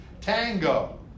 Tango